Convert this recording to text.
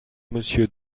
monsieur